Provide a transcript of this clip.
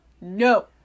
No